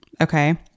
Okay